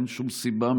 ואין שום סיבה,